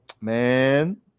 Man